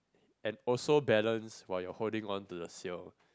and also balance while you are holding on to the seal